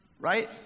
right